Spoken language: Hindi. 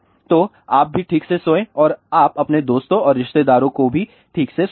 तो आप भी ठीक से सोएं और आप अपने दोस्तों और रिश्तेदारों को भी ठीक से सोने दें